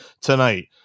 tonight